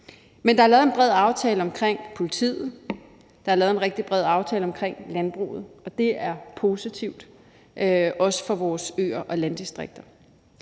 Men der er lavet en bred aftale om politiet, og der er lavet en rigtig bred aftale om landbruget. Det er positivt også for vores øer og landdistrikter.